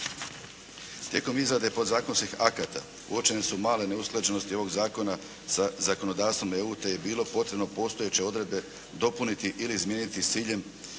Tijekom izrade podzakonskih akata uočene su male neusklađenosti ovog zakona sa zakonodavstvom EU te je bilo potrebno postojeće odredbe dopuniti ili izmijeniti s ciljem